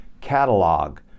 catalog